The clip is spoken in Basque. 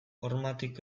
hormatik